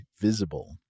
Visible